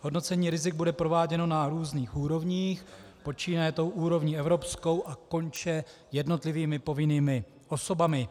Hodnocení rizik bude prováděno na různých úrovních, počínaje úrovní evropskou a konče jednotlivými povinnými osobami.